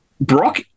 Brock